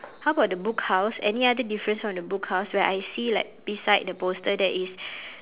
how about the book house any other difference on the book house where I see like beside the poster there is